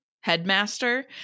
headmaster